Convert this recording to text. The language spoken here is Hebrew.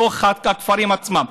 בתוך הכפרים עצמם.